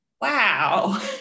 wow